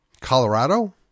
Colorado